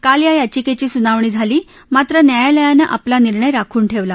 काल या याचिकेची सुनावणी झाली मात्र न्यायालयानं आपला निर्णय राखून ठेवला